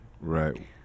Right